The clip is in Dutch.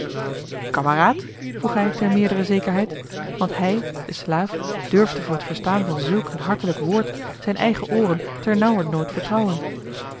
kameraad vroeg hij ter meerdere zekerheid want hij de slaaf durfde voor het verstaan van zulk een hartelijk woord zijn eigen ooren ternauwernood vertrouwen